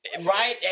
right